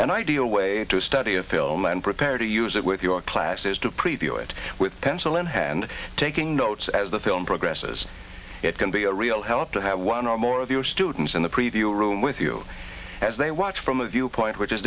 and ideal way to study a film and prepare to use it with your classes to preview it with pencil in hand taking notes as the film progresses it can be a real help to have one or more of your students in the preview room with you as they watch from a viewpoint which is